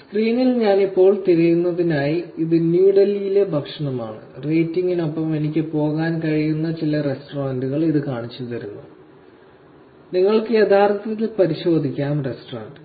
സ്ക്രീനിൽ ഞാൻ ഇപ്പോൾ തിരയുന്നതിനായി ഇത് ന്യൂഡൽഹിയിലെ ഭക്ഷണമാണ് റേറ്റിംഗിനൊപ്പം എനിക്ക് പോകാൻ കഴിയുന്ന ചില റെസ്റ്റോറന്റുകൾ ഇത് കാണിച്ചുതരുന്നു നിങ്ങൾക്ക് യഥാർത്ഥത്തിൽ പരിശോധിക്കാം റെസ്റ്റോറന്റ്